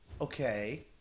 okay